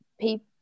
people